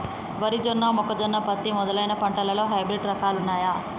వరి జొన్న మొక్కజొన్న పత్తి మొదలైన పంటలలో హైబ్రిడ్ రకాలు ఉన్నయా?